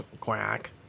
Quack